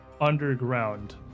underground